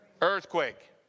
earthquake